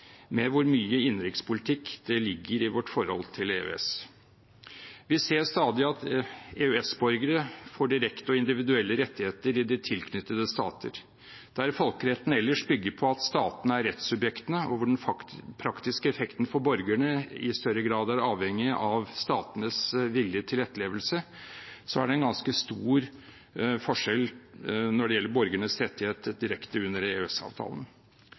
med hvor mye innenrikspolitikk som ligger i vårt forhold til EØS. Vi ser stadig at EØS-borgere får direkte og individuelle rettigheter i de tilknyttede staten. Der folkeretten ellers bygger på at statene er rettssubjektene, og der den praktiske effekten for borgerne i større grad er avhengig av statenes vilje til etterlevelse, er det en ganske stor forskjell når det gjelder borgernes rettigheter direkte under